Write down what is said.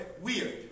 weird